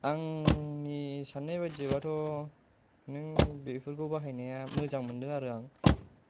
आंनि साननाय बायदिब्लाथ' नों बेफोरखौ बाहायनाया मोजां मोनदों आरो आं